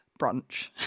brunch